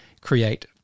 create